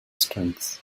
strings